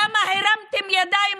למה הרמתן ידיים,